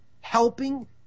helping